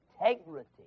integrity